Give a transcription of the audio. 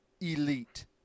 elite